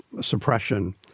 suppression